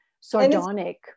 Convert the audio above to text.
Sardonic